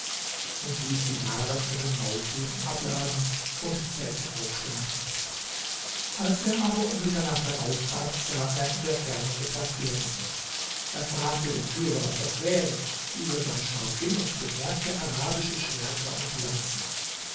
und ließ die waren von den maultieren abladen und zelte aufschlagen als er aber um mitternacht heraustrat sah er in der ferne etwas glänzen er fragte den führer was das wäre dieser sah scharf hin und bemerkte arabische schwerter und lanzen